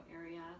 area